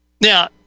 Now